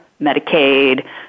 Medicaid